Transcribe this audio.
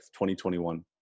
2021